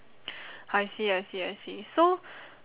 I see I see I see so